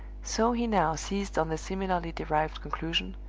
so he now seized on the similarly derived conclusion,